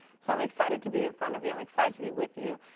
so i'm excited to be in front of you. i'm excited to be with you.